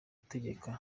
utegeka